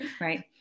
right